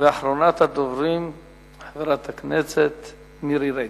הצעה לסדר-היום מס' 3092. אחרונת הדוברים היא חברת הכנסת מירי רגב.